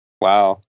Wow